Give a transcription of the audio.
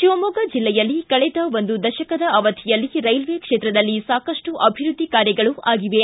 ಶಿವಮೊಗ್ಗ ಜಿಲ್ಲೆಯಲ್ಲಿ ಕಳೆದ ಒಂದು ದಶಕದ ಅವಧಿಯಲ್ಲಿ ರೈಲ್ವೆ ಕ್ಷೇತ್ರದಲ್ಲಿ ಸಾಕಷ್ಟು ಅಭಿವೃದ್ಧಿ ಕಾರ್ಯಗಳು ಆಗಿವೆ